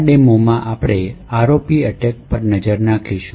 આ પ્રદર્શનમાં આપણે ROP એટેક પર નજર નાખીશું